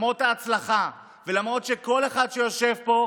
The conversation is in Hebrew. למרות ההצלחה ולמרות שכל אחד שיושב פה,